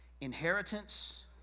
inheritance